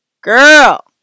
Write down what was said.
Girl